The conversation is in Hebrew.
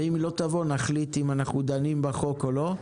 ואם היא לא תבוא, נחליט אם אנחנו דנים בחוק או לא.